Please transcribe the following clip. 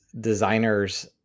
designers